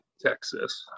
Texas